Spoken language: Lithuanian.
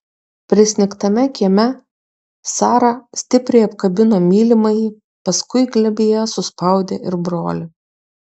prisnigtame kieme sara stipriai apkabino mylimąjį paskui glėbyje suspaudė ir brolį